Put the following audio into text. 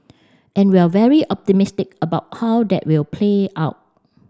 and we're very optimistic about how that will play out